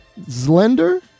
Zlender